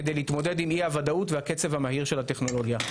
כדי להתמודד עם אי הוודאות והקצב המהיר של הטכנולוגיה.